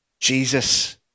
Jesus